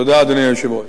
תודה, אדוני היושב-ראש.